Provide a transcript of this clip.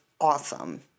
awesome